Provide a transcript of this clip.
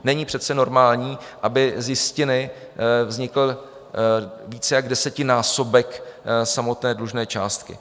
Není přece normální, aby z jistiny vznikl více jak desetinásobek samotné dlužné částky.